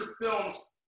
films